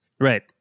right